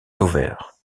sauveur